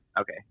Okay